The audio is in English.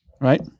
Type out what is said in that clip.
Right